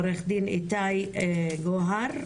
עורך דין איתי גוהר,